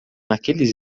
naqueles